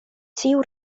ĉiu